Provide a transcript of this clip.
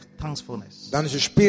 thankfulness